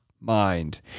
mind